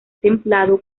templado